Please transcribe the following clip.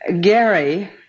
Gary